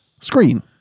screen